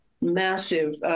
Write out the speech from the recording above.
massive